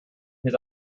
his